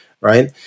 right